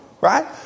right